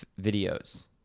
videos